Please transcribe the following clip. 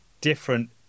different